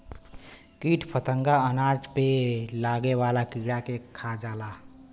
कीट फतंगा अनाज पे लागे वाला कीड़ा के खा जाला